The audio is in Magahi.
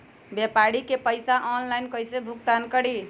व्यापारी के पैसा ऑनलाइन कईसे भुगतान करी?